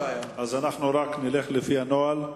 אז אנחנו רק נלך לפי הנוהל.